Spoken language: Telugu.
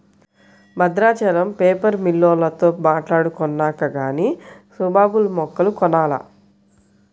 బద్రాచలం పేపరు మిల్లోల్లతో మాట్టాడుకొన్నాక గానీ సుబాబుల్ మొక్కలు కొనాల